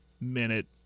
minute